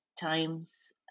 times